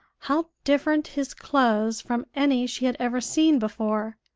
how different his clothes from any she had ever seen before!